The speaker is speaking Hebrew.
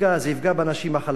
זה יפגע באנשים החלשים.